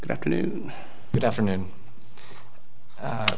good afternoon good afternoon